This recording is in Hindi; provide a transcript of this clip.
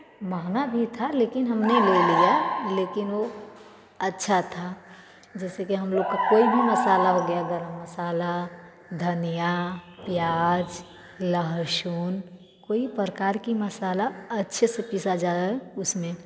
महँगा भी था लेकिन हमने ले लिया लेकिन वो अच्छा था जैसे कि हम लोग का कोई भी मसाला हो गया गर्म मसाला धनिया प्याज लहसुन कोई प्रकार की मसाला अच्छे से पीसा जाए उसमें